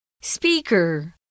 Speaker